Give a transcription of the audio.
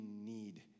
need